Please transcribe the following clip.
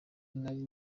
nari